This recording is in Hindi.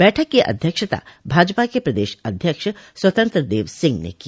बैठक की अध्यक्षता भाजपा के प्रदेश अध्यक्ष स्वतंत्र देव सिंह ने की